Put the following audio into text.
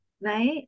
Right